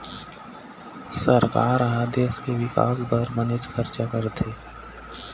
सरकार ह देश के बिकास बर बनेच खरचा करथे